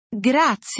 Grazie